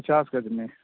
پچاس گز میں